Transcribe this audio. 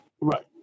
Right